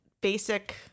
basic